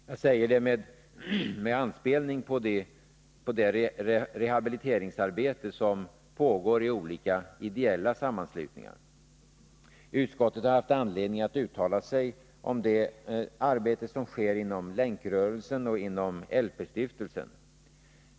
Jag säger detta med anspelning på det rehabiliteringsarbete som pågår i olika ideella sammanslutningar. Utskottet har haft anledning att uttala sig om det arbete som sker inom Länkrörelsen och inom LP-stiftelsen.